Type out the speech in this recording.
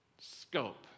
scope